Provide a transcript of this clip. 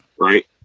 right